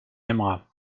aimera